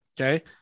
Okay